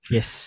Yes